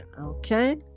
okay